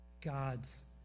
God's